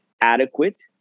adequate